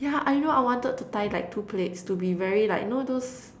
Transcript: ya I know I wanted to tie like two plaits to be very like know those